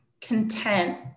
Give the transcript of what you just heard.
content